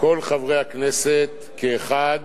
כל חברי הכנסת כאחד